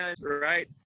right